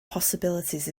possibilities